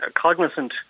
cognizant